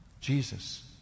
Jesus